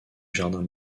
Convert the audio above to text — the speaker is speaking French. jardin